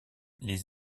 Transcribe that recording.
les